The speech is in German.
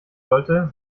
sollte